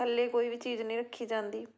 ਥੱਲੇ ਕੋਈ ਵੀ ਚੀਜ਼ ਨਹੀਂ ਰੱਖੀ ਜਾਂਦੀ